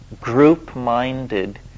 group-minded